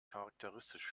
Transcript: charakteristisch